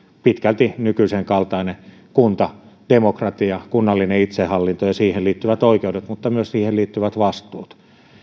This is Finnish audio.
pitkälti nykyisen kaltainen kuntademokratia kunnallinen itsehallinto ja siihen liittyvät oikeudet mutta myös siihen liittyvät vastuut